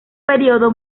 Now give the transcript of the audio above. periodo